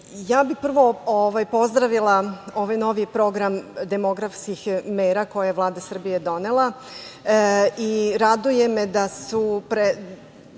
ja bih prvo pozdravila ovaj novi program demografskih mera koje je Vlada Srbije donela. Raduje me da se